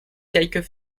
quelques